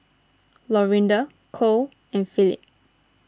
Lorinda Kole and Phillip